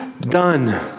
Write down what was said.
done